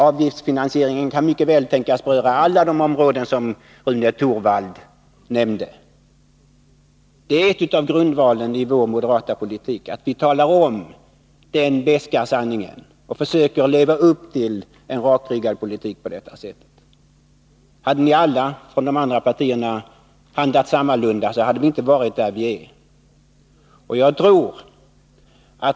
Avgiftsfinansieringen kan mycket väl tänkas beröra alla de områden som Rune Torwald nämnde. Det är en av grundvalarna i vårt moderata program att vi talar om den beska sanningen och försöker leva upp till en rakryggad politik på detta sätt. Hade ni alla från övriga partier handlat på samma sätt hade vi inte varit där vi är.